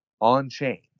on-chain